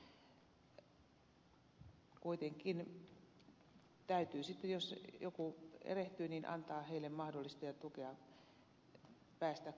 kuitenkin täytyy sitten jos joku erehtyy antaa heille mahdollisuus saada tukea ja päästä kuiville